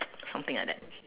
something like that